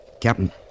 Captain